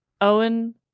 Owen